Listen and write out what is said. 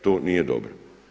To nije dobro.